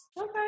okay